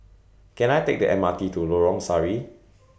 Can I Take The M R T to Lorong Sari